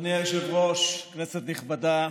אדוני היושב-ראש, כנסת נכבדה,